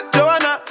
Joanna